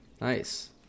Nice